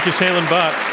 shailen bhatt.